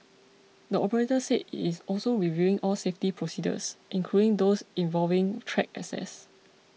the operator said it is also reviewing all safety procedures including those involving track access